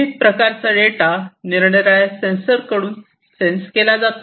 विविध प्रकारचा डेटा निरनिराळ्या सेन्सर कडून सेन्स केला जातो